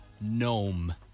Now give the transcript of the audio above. Gnome